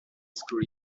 school